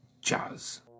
jazz